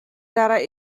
дараа